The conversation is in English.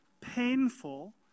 painful